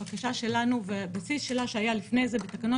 הבקשה שלנו והבסיס שלה שהיה לפני זה בתקנות